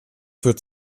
führt